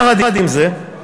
יחד עם זה,